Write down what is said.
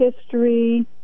history